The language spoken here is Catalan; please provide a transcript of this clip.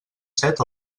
set